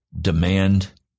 demand